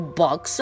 box